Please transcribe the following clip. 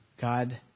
God